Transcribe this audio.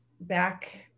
back